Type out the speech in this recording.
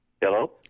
Hello